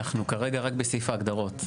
אנחנו כרגע רק בסעיף ההגדרות.